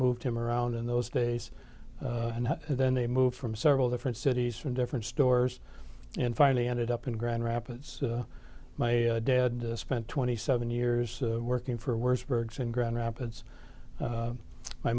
moved him around in those days and then they moved from several different cities from different stores and finally ended up in grand rapids my dad spent twenty seven years working for worst burghs in grand rapids my m